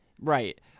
Right